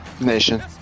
Nation